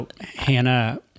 Hannah